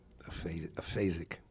aphasic